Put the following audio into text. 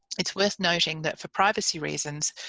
it's worth noting that, for privacy reasons,